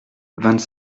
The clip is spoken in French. vingt